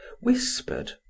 whispered